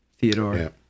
theodore